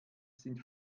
sind